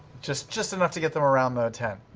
just just enough to get them around the tent,